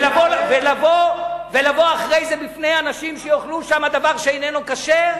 ולבוא אחרי זה בפני אנשים שיאכלו שם דבר שאיננו כשר?